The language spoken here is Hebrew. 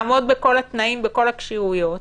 לעמוד בכל התנאים ובכל הכשירויות,